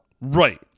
Right